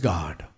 God